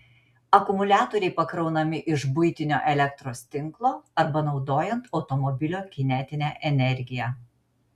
akumuliatoriai pakraunami iš buitinio elektros tinklo arba naudojant automobilio kinetinę energiją